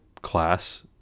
class